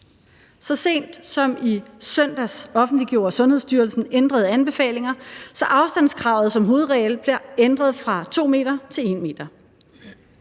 Så sent som i søndags offentliggjorde Sundhedsstyrelsen ændrede anbefalinger, så afstandskravet som hovedregel blev ændret fra 2 m til 1 m.